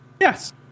Yes